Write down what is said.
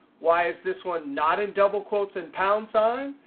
why is this one not in double quotes and pound sign?